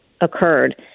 occurred